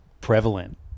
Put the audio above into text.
prevalent